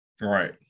right